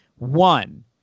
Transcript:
One